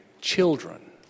children